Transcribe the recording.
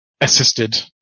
assisted